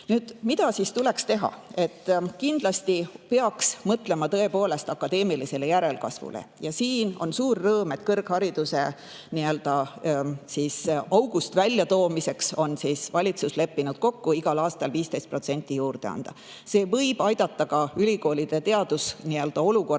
5%. Mida siis tuleks teha? Kindlasti peaks mõtlema tõepoolest akadeemilisele järelkasvule. Ja siin on suur rõõm, et kõrghariduse nii-öelda august väljatoomiseks on valitsus leppinud kokku igal aastal 15% juurde anda. See võib aidata ka ülikoolide teadusolukorda